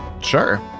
sure